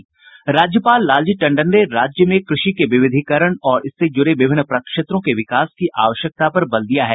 राज्यपाल लालजी टंडन ने राज्य में कृषि के विविधीकरण और इससे जूड़े विभिन्न प्रक्षेत्रों के विकास की आवश्यकता पर बल दिया है